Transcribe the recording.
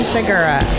Segura